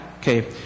Okay